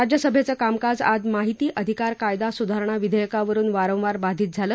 राज्यसभेचं कामकाज आज माहिती अधिकार कायदा सुधारणा विधेयकावरून वारंवार बाधित झालं